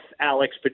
Alex